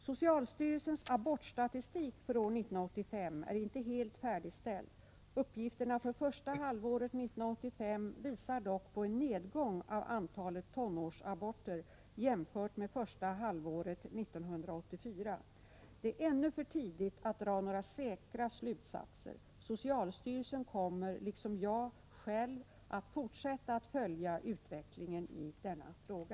Socialstyrelsens abortstatistik för år 1985 är inte helt färdigställd. Uppgifterna för första halvåret 1985 visar dock på en nedgång av antalet tonårsaborter jämfört med första halvåret 1984. Det är ännu för tidigt att dra några säkra slutsatser. Socialstyrelsen kommer liksom jag själv att fortsätta att följa utvecklingen i denna fråga.